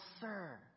Sir